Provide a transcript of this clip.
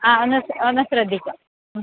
ആ ഒന്ന് ഒന്ന് ശ്രദ്ധിക്കാം ഉം